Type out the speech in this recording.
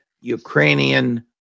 Ukrainian